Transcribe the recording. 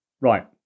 right